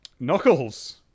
Knuckles